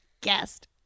Guest